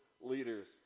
leaders